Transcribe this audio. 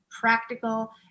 practical